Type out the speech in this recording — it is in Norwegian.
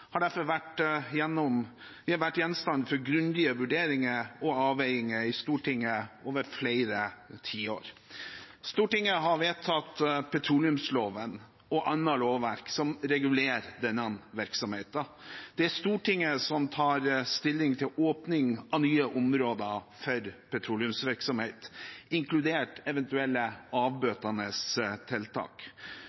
har derfor vært gjenstand for grundige vurderinger og avveininger i Stortinget i flere tiår. Stortinget har vedtatt petroleumsloven og annet lovverk som regulerer denne virksomheten. Det er Stortinget som tar stilling til åpning av nye områder for petroleumsvirksomhet, inkludert eventuelle